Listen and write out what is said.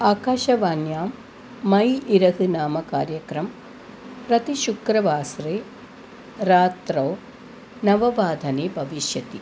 आकाशवाण्यां मै इरसि नाम कार्यक्रमः प्रति शुक्रवासरे रात्रौ नव वादने भविष्यति